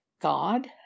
God